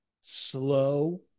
slow